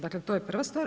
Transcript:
Dakle to je prva stvar.